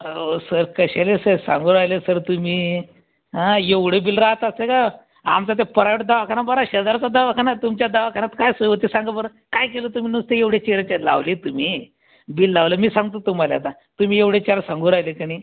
अहो सर कशाला सर सांगू राहिला सर तुम्ही हा एवढं बिल राहत असते का आमचं ते प्रायवेट दवाखाना बरा शेजारचा दवाखाना आहे तुमच्या दवाखान्यात काय सोय होती सांगा बरं काय केलं तुम्ही नुसते एवढे चार्जेस लावले तुम्ही बिल लावलं मी सांगतो तुम्हाला आता तुम्ही एवढे चार्ज सांगू राहले का नाही